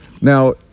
Now